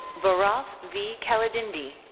bharath v. kalidindi.